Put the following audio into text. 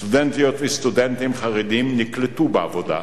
סטודנטיות וסטודנטים חרדים נקלטו בעבודה.